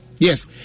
Yes